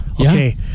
Okay